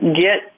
get